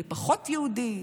מי פחות יהודי,